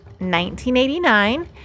1989